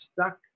stuck